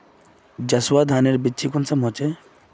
जसवा धानेर बिच्ची कुंसम होचए?